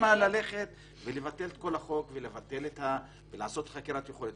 למה ללכת ולבטל את כל החוק ולעשות חקירת יכולת?